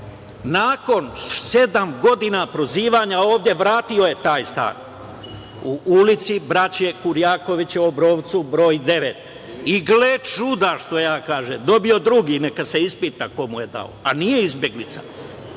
nakon sedam godina prozivanja ovde vratio je taj stan u ulici Braće Kurjakovića u Obrovcu, broj 9. I gle čuda, dobio drugi! Neka se ispita ko mu je dao, a nije izbeglica.